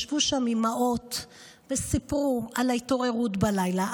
ישבו שם אימהות וסיפרו על ההתעוררות בלילה,